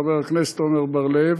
חבר הכנסת עמר בר-לב